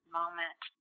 moment